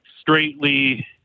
straightly